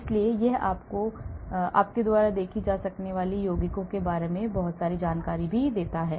इसलिए यह आपके द्वारा देखी जा सकने वाली यौगिक के बारे में बहुत सारी जानकारी देता है